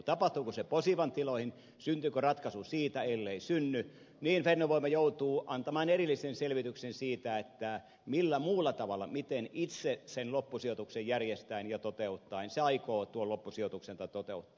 tapahtuuko se posivan tiloihin syntyykö ratkaisu siitä ellei synny niin fennovoima joutuu antamaan erillisen selvityksen siitä millä muulla tavalla miten itse sen loppusijoituksen järjestäen ja toteuttaen se aikoo tuon loppusijoituksensa toteuttaa